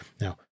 now